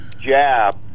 jab